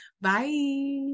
Bye